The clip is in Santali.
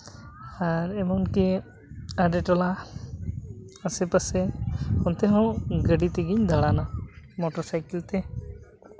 ᱟᱨ ᱮᱢᱚᱱᱠᱤ ᱟᱰᱮ ᱴᱚᱞᱟ ᱟᱥᱮ ᱯᱟᱥᱮ ᱚᱱᱛᱮ ᱦᱚᱸ ᱜᱟᱹᱰᱤ ᱛᱮᱜᱤᱧ ᱫᱟᱬᱟᱱᱟ ᱢᱚᱴᱚᱨ ᱥᱟᱭᱠᱮᱞ ᱛᱮ